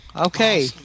Okay